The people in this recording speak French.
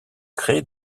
créer